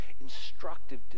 Instructive